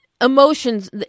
emotions